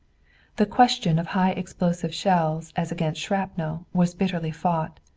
the question of high-explosive shells as against shrapnel was bitterly fought,